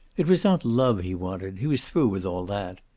it was not love he wanted he was through with all that.